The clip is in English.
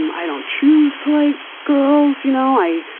um i don't choose to like girls. you know i